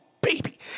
baby